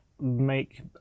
make